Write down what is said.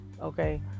okay